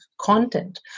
content